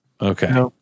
Okay